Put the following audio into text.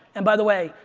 and by the way,